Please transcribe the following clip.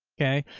okay.